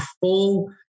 full